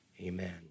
amen